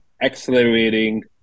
accelerating